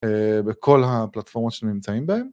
בכל הפלטפורמות שנמצאים בהן.